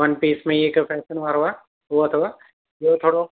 one piece में हीउ हिकु फेशन वारो आहे हूंअं अथव ॿियो थोरो